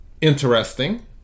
interesting